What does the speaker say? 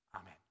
Amen